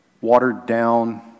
watered-down